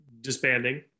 disbanding